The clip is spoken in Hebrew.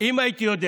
אם הייתי יודע